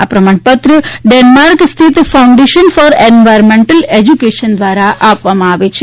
આ પ્રમાણપત્ર ડેનમાર્ક સ્થિત ફાઉન્ડેશન ફોર એન્વાયરમેન્ટલ એજયુકેશન ધ્વારા આપવામાં આવે છે